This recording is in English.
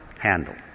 handle